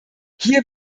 hier